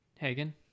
Hagen